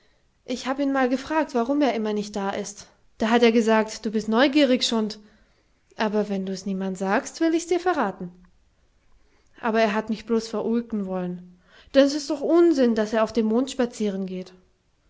ich hab ihn mal gefragt warum er immer nicht da ist da hat er gesagt du bist neugierig schund aber wenn du's niemand sagst will ich dir's verraten aber er hat mich blos verulken wollen denn es ist doch unsinn daß er auf dem mond spazieren geht